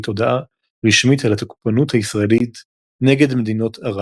הודעה רשמית על "התוקפנות הישראלית נגד מדינות ערב".